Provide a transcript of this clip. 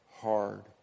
hard